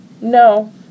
No